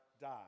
die